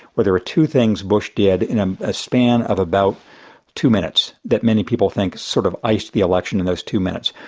where there were two things bush did in a span of about two minutes, that many people think sort of iced the election in those two minutes.